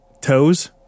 toes